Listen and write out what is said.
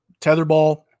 tetherball